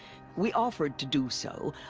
we offered to do so.